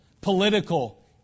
political